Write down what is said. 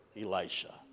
Elisha